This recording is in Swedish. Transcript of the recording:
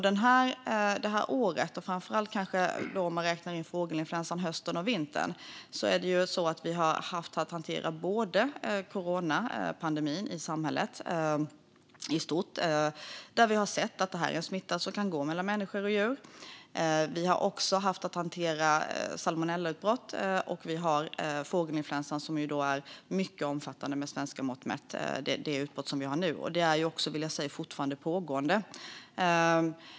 Det här året och kanske framför allt - om man räknar in fågelinfluensan - hösten och vintern har vi haft att hantera coronapandemin i samhället i stort, där vi har sett att det är en smitta som kan gå mellan människor och djur, salmonellautbrott och ett fågelinfluensautbrott som med svenska mått mätt är mycket omfattande och som fortfarande pågår.